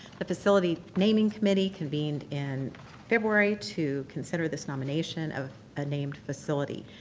the facility naming committee convened in february to consider this nomination of a named facility.